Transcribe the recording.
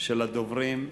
של הדוברים,